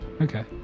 Okay